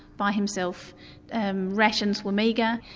by himself and rations were meagre,